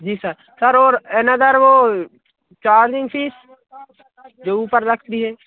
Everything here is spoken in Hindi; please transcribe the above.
जी सर सर और एनेदर वो चार्जिंग फीस जो ऊपर लगती है